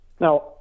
now